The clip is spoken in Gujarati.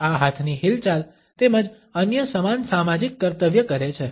આ હાથની હિલચાલ તેમજ અન્ય સમાન સામાજિક કર્તવ્ય કરે છે